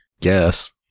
Yes